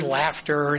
laughter